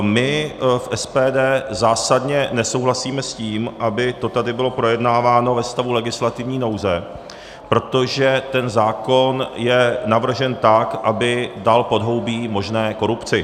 My v SPD zásadně nesouhlasíme s tím, aby to tady bylo projednáváno ve stavu legislativní nouze, protože ten zákon je navržen tak, aby dal podhoubí možné korupci.